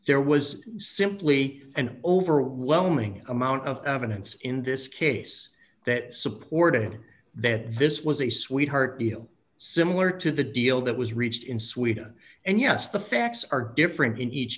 there was simply an overwhelming amount of evidence in this case that supported that this was a sweetheart deal so similar to the deal that was reached in sweden and yes the facts are different in each